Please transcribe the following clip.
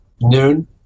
noon